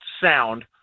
sound